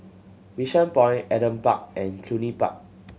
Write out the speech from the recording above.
Bishan Point Adam Park and Cluny Park